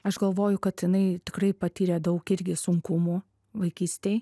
aš galvoju kad jinai tikrai patyrė daug irgi sunkumų vaikystėj